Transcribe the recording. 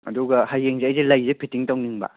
ꯑꯗꯨꯒ ꯍꯌꯦꯡꯁꯦ ꯑꯩꯁꯦ ꯂꯩꯁꯦ ꯐꯤꯠꯇꯤꯡ ꯇꯧꯅꯤꯡꯕ